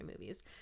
movies